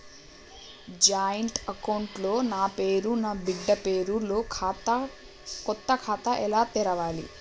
Joint account లో నా పేరు నా బిడ్డే పేరు తో కొత్త ఖాతా ఎలా తెరవాలి?